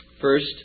First